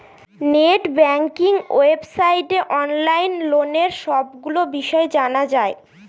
net banking ওয়েবসাইটে online লোনের সবগুলো বিষয় জানা যায়